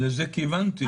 לזה כיוונתי.